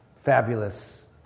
Fabulous